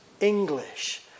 English